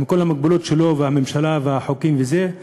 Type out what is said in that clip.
עם כל המוגבלות שלו, והממשלה, והחוקים וזה.